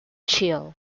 chill